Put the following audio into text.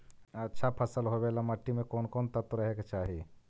अच्छा फसल होबे ल मट्टी में कोन कोन तत्त्व रहे के चाही?